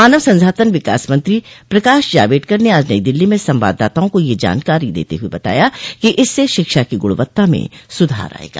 मानव संसाधन विकास मंत्री प्रकाश जावडेकर ने आज नई दिल्ली में संवाददाताओं को यह जानकारी देते हुए बताया कि इससे शिक्षा की गुणवत्ता में सुधार आएगा